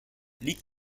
liegt